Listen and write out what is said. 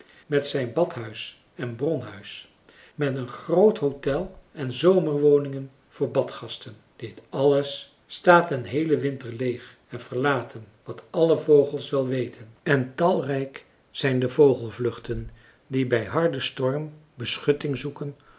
met zijn badhuis en bronhuis met een groot hotel en zomerwoningen voor badgasten dit alles staat den heelen winter leeg en verlaten wat alle vogels wel weten en talrijk zijn de vogelvluchten die bij harden storm beschutting zoeken